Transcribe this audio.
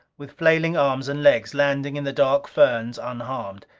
with flailing arms and legs, landing in the dark ferns unharmed.